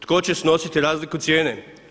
Tko će snositi razliku cijene?